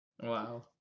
Wow